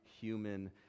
human